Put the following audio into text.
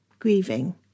grieving